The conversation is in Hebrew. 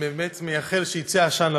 באמת מייחל שיצא עשן לבן.